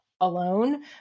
alone